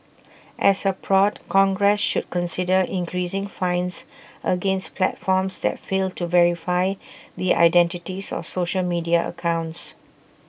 as A prod congress should consider increasing fines against platforms that fail to verify the identities of social media accounts